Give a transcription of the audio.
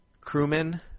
crewmen